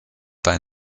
bei